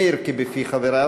מאירק'ה בפי חבריו,